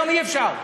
היום אי-אפשר.